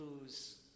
lose